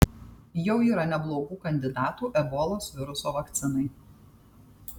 jau yra neblogų kandidatų ebolos viruso vakcinai